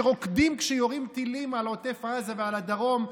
שרוקדים כשיורים טילים על עוטף עזה ועל הדרום,